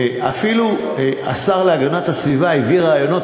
אפילו השר להגנת הסביבה הביא רעיונות